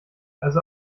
also